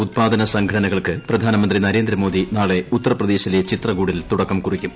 ഉത്പാദന സംഘടനകൾക്ക് പ്രധാനമന്ത്രി നരേന്ദ്രമോദി നാളെ ഉത്തർപ്രദേശിലെ ചിത്രകൂടിൽ തുടക്കം കുറിയ്ക്കും